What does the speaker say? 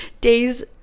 days